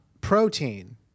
protein